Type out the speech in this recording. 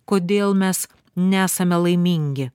kodėl mes nesame laimingi